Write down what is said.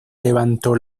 levantó